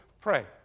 pray